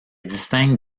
distingue